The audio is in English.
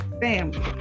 family